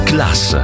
Class